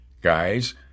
Guys